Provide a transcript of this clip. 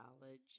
college